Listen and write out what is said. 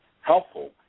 Helpful